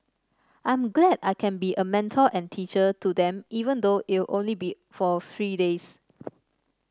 I'm glad I can be a mentor and teacher to them even though it'll only be for three days